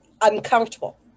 uncomfortable